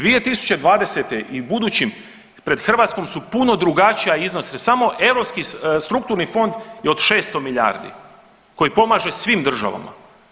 2020. i u budućim pred Hrvatskom su puno drugačiji iznosi samo Europski strukturni fond je od 600 milijardi koji pomaže svim državama.